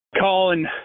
Colin